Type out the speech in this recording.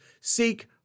Seek